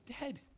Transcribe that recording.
dead